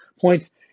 points